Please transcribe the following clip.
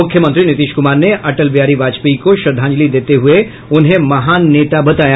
मुख्यमंत्री नीतीश कुमार ने अटल बिहारी वाजपेयी को श्रद्वांजलि देते हुये उन्हें महान नेता बताया